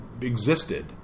Existed